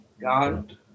God